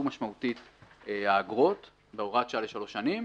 משמעותית האגרות בהוראת שעה לשלוש שנים